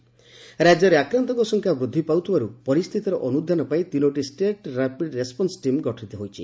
ରାକ୍ୟରେ ଆକ୍ରାନ୍ତଙ୍କ ସଂଖ୍ୟା ବୃକ୍ଧି ପାଉଥିବାରୁ ପରିସ୍ଚିତିର ଅନୁଧ୍ୟାନ ପାଇଁ ତିନୋଟି ଷ୍ଟେଟ୍ ର୍ୟାପିଡ୍ ରେସ୍ପନ୍ ଟିମ୍ ଗଠିତ ହୋଇଛି